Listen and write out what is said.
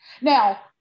now